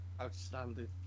Outstanding